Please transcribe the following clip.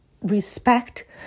respect